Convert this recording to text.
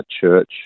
church